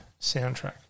soundtrack